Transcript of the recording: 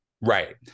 Right